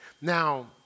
Now